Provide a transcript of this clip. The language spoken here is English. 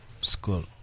school